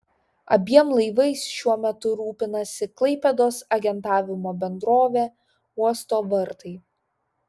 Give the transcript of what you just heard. abiem laivais šiuo metu rūpinasi klaipėdos agentavimo bendrovė uosto vartai